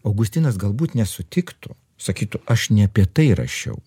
augustinas galbūt nesutiktų sakytų aš ne apie tai rašiau